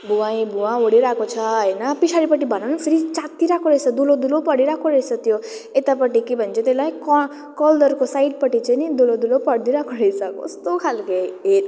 भुवै भुवा उठिरहेको छ होइन पछाडिपट्टि भन न फेरि च्यातिरहेको रहेछ दुलो दुलो परिरहेको रहेछ त्यो यतापट्टि के भन्छ त्यसलाई क कलरको साइडपट्टि चाहिँ नि दुलो दुलो परिदिइरहेको कस्तो खाले हेर